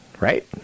Right